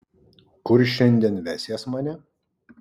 kur šiandien vesies mane